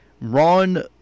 Ron